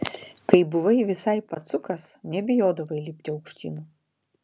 kai buvai visai pacukas nebijodavai lipti aukštyn